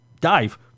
dive